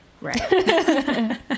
Right